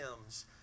hymns